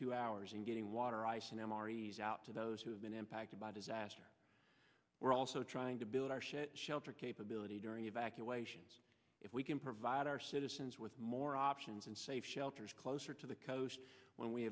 two hours and getting water ice an m r e is out to those who have been impacted by disaster we're also trying to build our shit shelter capability during evacuations if we can provide our citizens with more options and safe shelters closer to the coast when we